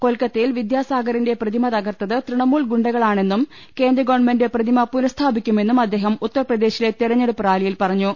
കൊൽക്ക്ത്തയിൽ വിദ്യാസാഗറിന്റെ പ്രതിമ തകർത്തത് തൃണമൂൽ ഗുണ്ടകളാണെന്നും കേന്ദ്ര ഗവൺമെന്റ് പ്രതിമ പുനഃസ്ഥാ്പിക്കുമെന്നും അദ്ദേഹം ഉത്തർപ്ര ദേശിലെ തെരഞ്ഞെട്ടുപ്പ് റാലിയിൽ പറഞ്ഞു